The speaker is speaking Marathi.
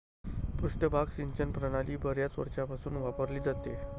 पृष्ठभाग सिंचन प्रणाली बर्याच वर्षांपासून वापरली जाते